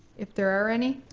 if there are any,